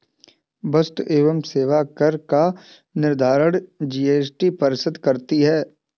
वस्तु एवं सेवा कर का निर्धारण जीएसटी परिषद करती है